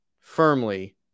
firmly